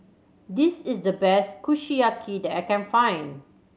this is the best Kushiyaki that I can find